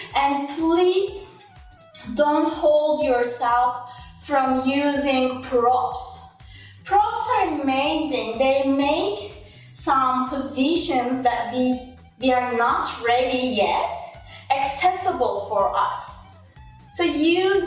and please don't hold yourself back from using props props are amazing, they make some positions that we we are not ready yet accessible for us so use